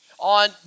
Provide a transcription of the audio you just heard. On